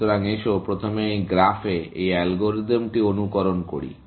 সুতরাং এসো প্রথমে এই গ্রাফে এই অ্যালগরিদমটি অনুকরণ করি